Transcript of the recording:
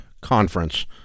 Conference